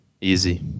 Easy